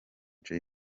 jay